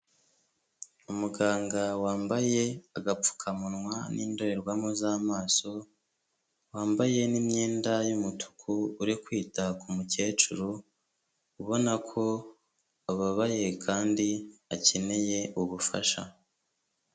Umuganga wambaye agapfukamunwa n'indorerwamo z'amaso, wambaye n'imyenda y'umutuku uri kwita ku mukecuru, ubona ko ababaye kandi akeneye ubufasha.